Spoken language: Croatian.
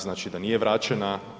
Znači da nije vraćena.